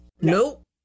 Nope